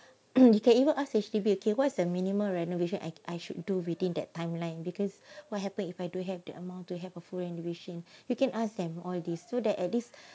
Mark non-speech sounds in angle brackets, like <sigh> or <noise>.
<breath> you can even ask H_D_B err K what's the minimum renovation I should do within that timeline because what happens if I don't have the amount to have a full renovation you can ask them all these so that at least